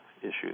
issues